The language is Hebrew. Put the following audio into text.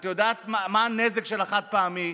את יודעת מה הנזק של החד-פעמי,